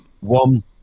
one